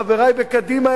חברי בקדימה,